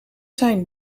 zijn